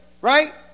right